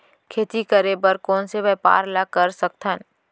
खेती करे बर कोन से व्यापार ला कर सकथन?